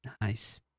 Nice